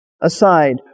aside